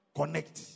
connect